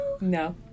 No